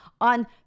On